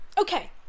Okay